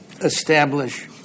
establish